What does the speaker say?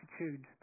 attitude